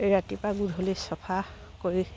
ৰাতিপুৱা গধূলি চফা কৰি